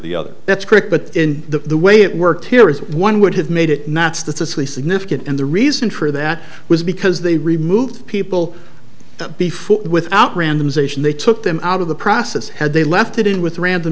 the other that's quick but in the way it worked here is one would have made it not statistically significant and the reason for that was because they removed people before without randomization they took them out of the process had they left it in with random